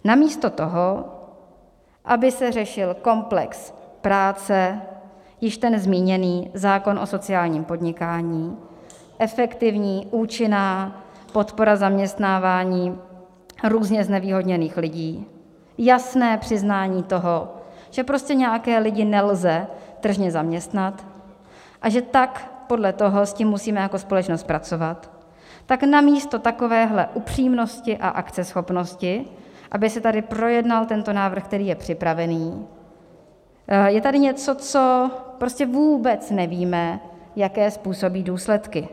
Namísto toho, aby se řešil komplex práce, již ten zmíněný zákon o sociálním podnikání, efektivní, účinná podpora zaměstnávání různě znevýhodněných lidí, jasné přiznání toho, že prostě nějaké lidi nelze tržně zaměstnat a že podle toho s tím musíme jako společnost pracovat, tak namísto takovéhle upřímnosti a akceschopnosti, aby se tady projednal tento návrh, který je připravený, je tady něco, co prostě vůbec nevíme, jaké způsobí důsledky.